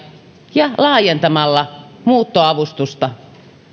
ja laajentamalla muuttoavustusta